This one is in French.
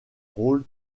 rôle